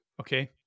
okay